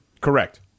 Correct